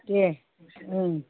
दे ओं